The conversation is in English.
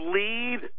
lead